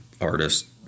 artist